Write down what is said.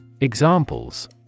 Examples